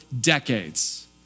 decades